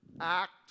Act